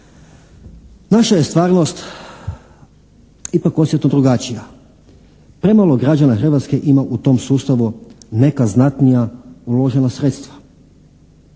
Naša je stvarnost ipak osjetno drugačija. Premalo građana Hrvatske ima u tom sustavu neka znatnija uložena sredstva.